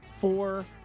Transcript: four